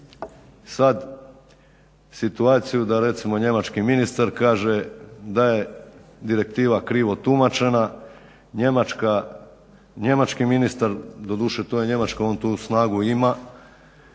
sad situaciju da recimo njemački ministar kaže da je direktiva krivo tumačena, njemački ministar, doduše to je Njemačka, on tu snagu ima,